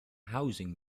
housing